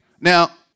Now